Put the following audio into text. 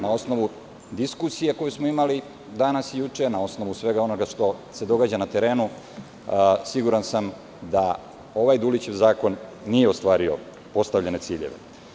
Na osnovu diskusije koju smo imali danas i juče, na osnovu svega onoga što se događa na terenu, siguran sam da ovaj Dulićev zakon nije ostvario postavljene ciljeve.